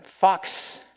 fox